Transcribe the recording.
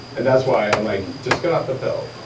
and that's why i'm like, just get off the pill.